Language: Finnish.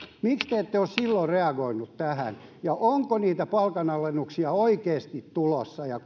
miksi te ette ole silloin reagoinut tähän ja onko niitä palkanalennuksia oikeasti tulossa ja